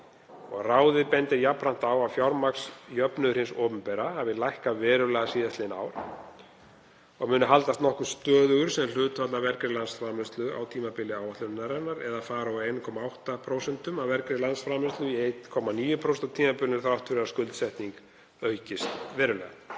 Ráðið bendir jafnframt á að fjármagnsjöfnuður hins opinbera hafi lækkað verulega síðastliðin ár og muni haldast nokkuð stöðugur sem hlutfall af vergri landsframleiðslu á tímabili áætlunarinnar, eða fara úr 1,8% af vergri landsframleiðslu í 1,9% á tímabilinu þrátt fyrir að skuldsetning aukist verulega.